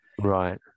right